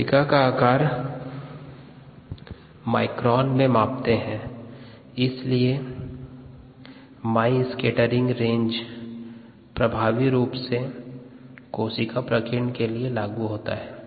कोशिका का आकार माइक्रोन में मापते है इसलिए माई स्कैटरिंग रेंज प्रभावी रूप से कोशिका प्रकीर्ण के लिए लागू होता है